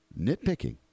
nitpicking